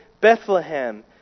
Bethlehem